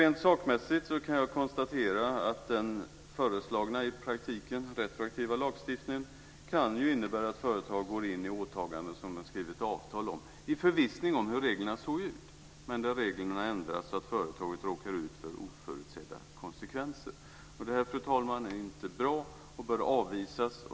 Rent sakmässigt kan jag konstatera att den föreslagna, i praktiken retroaktiva, lagstiftningen kan innebära att företag går in i åtaganden som de skrivit avtal om i förvissning om hur reglerna ser ut men där reglerna ändras så att företaget råkar ut för oförutsedda konsekvenser. Fru talman! Det är inte bra och bör avvisas.